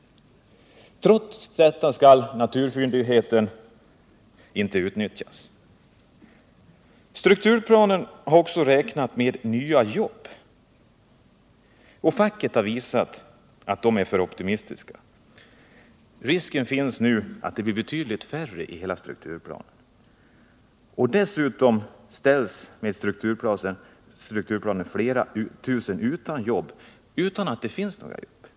Trots detta skall naturfyndigheten inte utnyttjas. Strukturplanen har också räknat med nya jobb, och facket har visat att den är för optimistisk. Risken finns nu att det blir betydligt färre jobb i hela strukturplanen. Dessutom ställs i denna flera tusen utan jobb utan att det finns några nya.